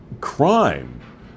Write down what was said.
crime